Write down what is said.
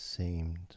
Seemed